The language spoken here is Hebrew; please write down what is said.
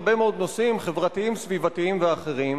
הרבה מאוד נושאים חברתיים, סביבתיים ואחרים,